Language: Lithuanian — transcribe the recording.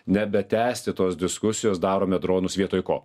nebetęsti tos diskusijos darome dronus vietoj ko